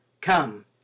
Come